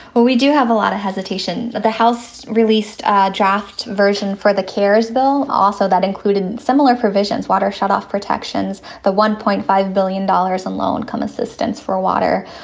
well, we do have a lot of hesitation that the house released a draft version for the keres bill also that included similar provisions, water shut-off protections. the one point five billion dollars in low-income assistance for water.